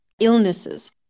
illnesses